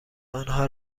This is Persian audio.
آنها